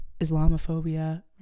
Islamophobia